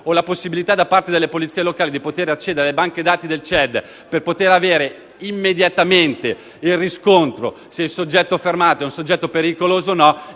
la possibilità per le polizie locali di accedere alle banche dati del CED per avere immediatamente il riscontro se il soggetto fermato è o no pericoloso va